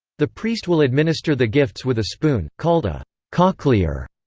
the priest will administer the gifts with a spoon, called a cochlear,